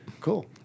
cool